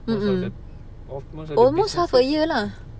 most of the most of the business